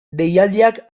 deialdiak